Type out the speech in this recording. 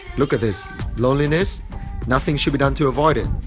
look at this loneliness nothing should be done to avoid it.